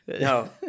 No